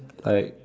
like